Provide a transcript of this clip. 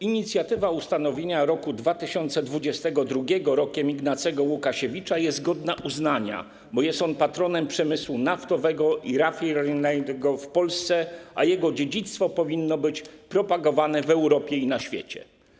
Inicjatywa ustanowienia roku 2022 Rokiem Ignacego Łukasiewicza jest godna uznania, bo jest on patronem przemysłu naftowego i rafineryjnego w Polsce, a jego dziedzictwo powinno być propagowane w Europie i na świecie.